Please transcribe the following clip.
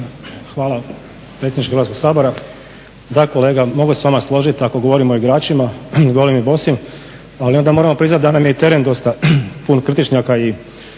Hvala predsjedniče Hrvatskog sabora. Da kolega mogu se s vama složit ako govorimo o igračima golim i bosim, ali onda moramo priznat da nam je i teren dosta pun krtičnjaka i